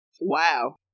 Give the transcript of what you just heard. Wow